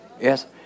Yes